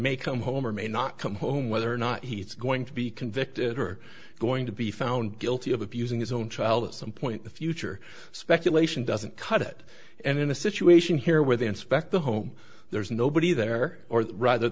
may come home or may not come home whether or not he's going to be convicted or going to be found guilty of abusing his own child at some point the future speculation doesn't cut it and in a situation here where they inspect the home there's nobody there or rather